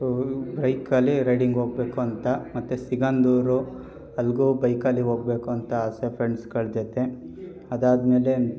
ಊ ಬೈಕಲ್ಲಿ ರೈಡಿಂಗ್ ಹೋಗ್ಬೇಕು ಅಂತ ಮತ್ತು ಸಿಗಂದೂರು ಅಲ್ಲಿಗೂ ಬೈಕಲ್ಲಿ ಹೋಗ್ಬೇಕು ಅಂತ ಆಸೆ ಫ್ರೆಂಡ್ಸ್ಗಳ ಜೊತೆ ಅದಾದ ಮೇಲೆ